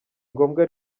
ngombwa